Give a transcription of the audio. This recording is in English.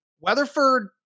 Weatherford